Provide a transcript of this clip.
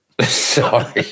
Sorry